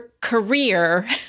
career